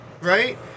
right